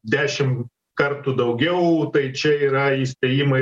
dešim kartų daugiau tai čia yra įspėjimai